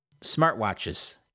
smartwatches